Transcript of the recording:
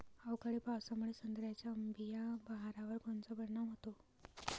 अवकाळी पावसामुळे संत्र्याच्या अंबीया बहारावर कोनचा परिणाम होतो?